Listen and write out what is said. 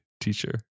teacher